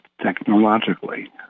technologically